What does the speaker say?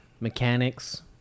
mechanics